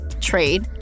trade